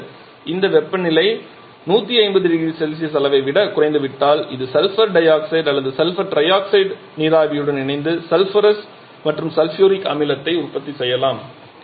இப்போது வெப்பநிலை 150 0C அளவை விடக் குறைந்துவிட்டால் இந்த சல்பர் டை ஆக்சைடு அல்லது சல்பர் ட்ரை ஆக்ஸைடு நீராவியுடன் இணைந்து சல்பரஸ் மற்றும் சல்பூரிக் அமிலத்தை உற்பத்தி செய்யலாம்